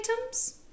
items